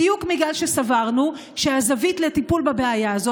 בדיוק בגלל שסברנו שהזווית לטיפול בבעיה הזו